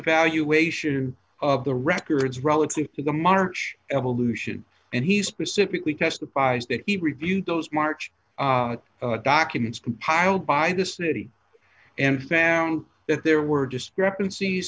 evaluation of the records relative to the march evolution and he specifically testifies that he reviewed those march documents compiled by the city and found that there were discrepanc